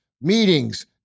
meetings